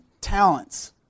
talents